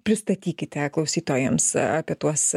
pristatykite klausytojams apie tuos